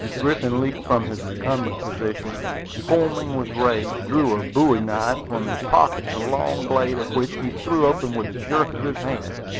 griffin leaped from his recumbent position, and, foaming with rage, drew a bowie-knife from his pocket, the long blade of which he threw open with a jerk of his hand.